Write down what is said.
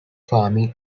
farming